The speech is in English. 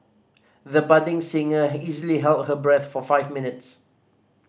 the budding singer easily held her breath for five minutes